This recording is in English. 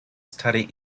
study